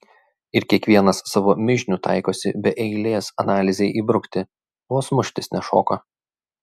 ir kiekvienas savo mižnių taikosi be eilės analizei įbrukti vos muštis nešoka